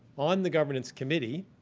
on the governance committee,